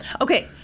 Okay